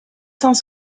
cent